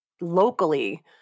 locally